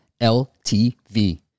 LTV